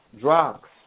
drugs